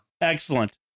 Excellent